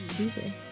Easy